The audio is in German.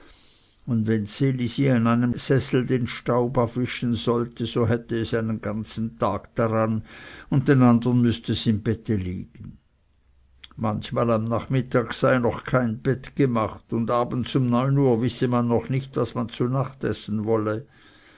und wenn ds elisi an einem sessel den staub abwischen sollte so hätte es einen ganzen tag daran und den andern müßte es im bette liegen manchmal am nachmittag sei noch kein bett gemacht und abends um neun uhr wisse man noch nicht was man zu nacht essen wolle